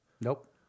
Nope